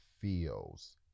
feels